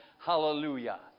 Hallelujah